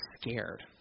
scared